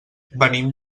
venim